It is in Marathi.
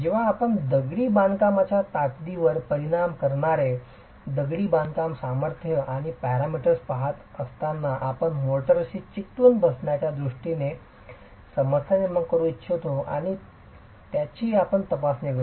जेव्हा आपण दगडी बांधकामाच्या ताकदीवर परिणाम करणारे दगडी बांधकाम सामर्थ्य आणि पॅरामीटर्स पहात असताना आपण मोर्टारशी चिकटून बसण्याच्या दृष्टीने समस्या निर्माण करू शकतो आणि ज्याची आपण तपासणी करू